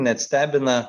net stebina